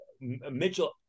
Mitchell